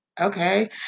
okay